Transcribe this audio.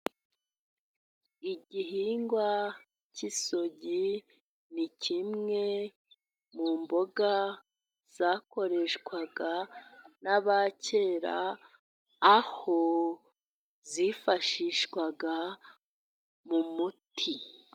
Igihingwa cy'isogi, ni kimwe mu mboga zakoreshwaga n'abakera, aho zifashishwaga mu muti.